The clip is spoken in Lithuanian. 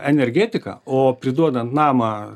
energetiką o priduodant namą